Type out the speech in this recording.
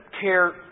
care